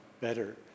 better